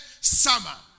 Summer